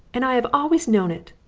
and i have always known it,